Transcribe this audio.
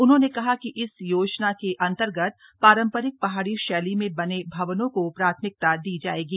उन्होंने कहा कि इस योजना के अन्तर्गत पारम्परिक पहाड़ी शैली में बने भवनों को प्राथमिकता दी जायेगी